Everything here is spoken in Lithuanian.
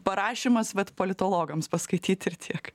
parašymas vat politologams paskaityt ir tiek